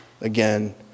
again